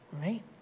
Right